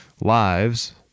lives